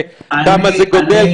כמה זה גדל,